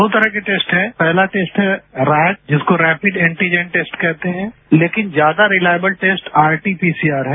दो तरह के टेस्ट हैं पहला टेस्ट है राइट जिसको रेपिड एन्टी जेन्ट टेस्ट कहते हैं लेकिन ज्यादा रिलायबल टेस्ट आरटीपीसीआर है